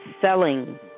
selling